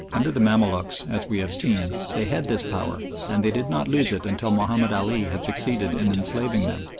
under the mamaluks, as we have seen, they had this power, and they did not lose it until mahomed ali had succeeded in enslaving them.